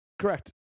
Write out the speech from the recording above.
Correct